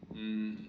mm